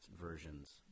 versions